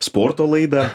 sporto laidą